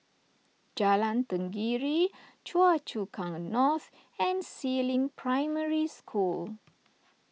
Jalan Tenggiri Choa Chu Kang North and Si Ling Primary School